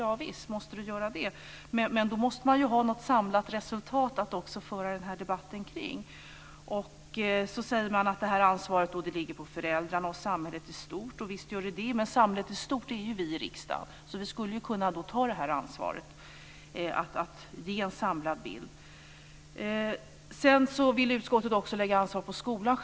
Javisst måste det göras det, men då måste man ha något samlat resultat att föra den här debatten kring. Och så säger man att det här ansvaret ligger på föräldrarna och samhället i stort. Visst gör det det, men samhället i stort är ju vi i riksdagen, så vi skulle kunna ta ansvaret för att ge en samlad bild. Sedan vill utskottet också lägga ansvar på skolan.